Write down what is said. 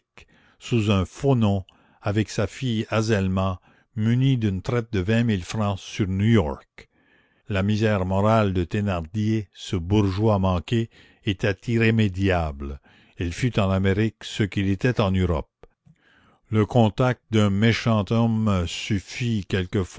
sous un faux nom avec sa fille azelma muni d'une traite de vingt mille francs sur new york la misère morale de thénardier ce bourgeois manqué était irrémédiable il fut en amérique ce qu'il était en europe le contact d'un méchant homme suffit quelquefois